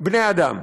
בני אדם.